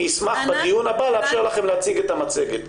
אני אשמח בדיון הבא לאפשר לכם להציג את המצגת.